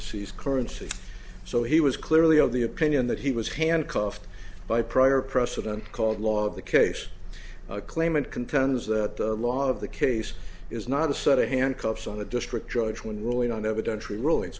seize currency so he was clearly of the opinion that he was handcuffed by prior precedent called law the case claimant contends that the law of the case is not a set of handcuffs on a district judge one ruling on evidentiary ruling